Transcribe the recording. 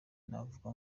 navuga